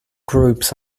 groups